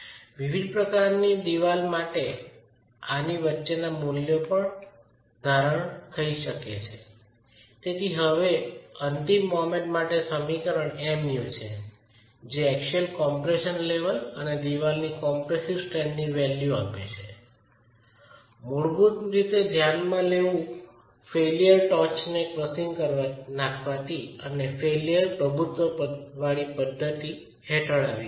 વિવિધ પ્રકારની ચણતર માટે આની વચ્ચે મૂલ્યો ધારણ કરી શકાઈ છે તેથી હવે અંતિમ મોમેન્ટ માટે સમીકરણ Mu છે જે એક્સિયલ કમ્પ્રેશન લેવલ અને ચણતરની કોમ્પ્રેસીવ સ્ટ્રેન્થનું વેલ્યુ આપે છે મૂળભૂત રીતે ધ્યાનમાં લેવું ફેઇલ્યર ટોચને ક્રસીંગ કરી નાખવાથી અને ફ્લેક્ચર પ્રભુત્વવાળી પદ્ધતિ હેઠળ આવી રહી છે